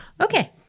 okay